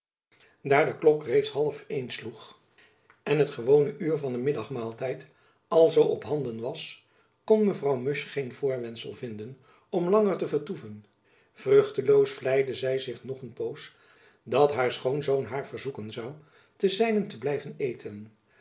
de klok reeds half-een sloeg en het gewone uur van den middag maaltijd alzoo op handen was kon mevrouw musch geen voorwendsel vinden om langer te vertoeven vruchteloos vleide zy zich nog een poos dat haar schoonzoon haar verzoeken zoû te zijnent te blijven eten